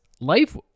life